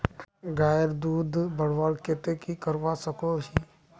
गायेर दूध बढ़वार केते की करवा सकोहो ही?